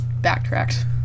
backtracked